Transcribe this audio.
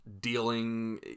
dealing